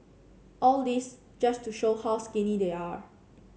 all this just to show how skinny they are